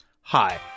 Hi